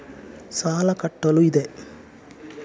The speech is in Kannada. ಸಾಲ ಕಟ್ಟಲು ಇದೆ